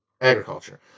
agriculture